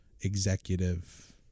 executive